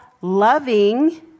loving